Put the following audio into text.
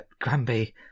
Granby